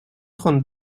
trente